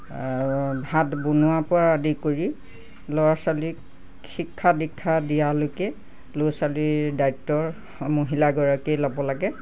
আৰু ভাত বনোৱাৰ পৰা আদি কৰি ল'ৰা ছোৱালীক শিক্ষা দীক্ষা দিয়ালৈকে ল'ৰা ছোৱালীৰ দায়িত্বৰ মহিলাগৰাকীয়ে ল'ব লাগে